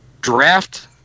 draft